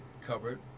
covered